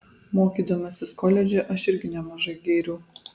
mokydamasis koledže aš irgi nemažai gėriau